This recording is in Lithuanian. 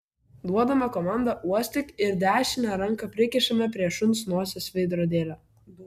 duodame komandą uostyk ir dešinę ranką prikišame prie šuns nosies veidrodėlio